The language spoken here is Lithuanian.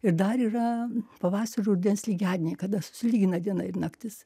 ir dar yra pavasario rudens lygiadieniai kada susilygina diena ir naktis